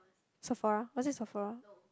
Safara or is it Safara